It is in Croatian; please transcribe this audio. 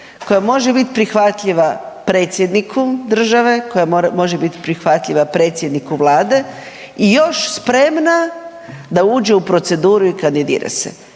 koja može bit prihvatljiva predsjedniku države, koja može biti prihvatljiva predsjedniku Vlade i još spremna da uđe u proceduru i kandidira se.